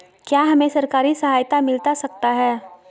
क्या हमे सरकारी सहायता मिलता सकता है?